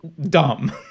dumb